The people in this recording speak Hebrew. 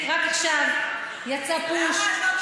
רק עכשיו יצא פוש,